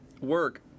work